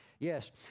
Yes